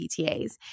PTAs